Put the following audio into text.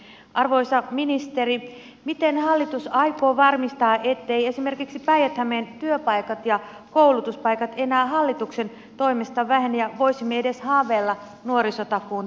arvoisa ministeri miten hallitus aikoo varmistaa etteivät esimerkiksi päijät hämeen työpaikat ja koulutuspaikat enää hallituksen toimesta vähene ja voisimme edes haaveilla nuorisotakuun toteutumisesta